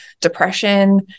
depression